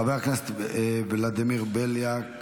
חבר הכנסת ולדימיר בליאק,